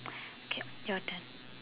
okay your turn